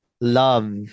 love